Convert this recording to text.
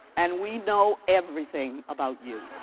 and we know everything about you